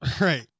Right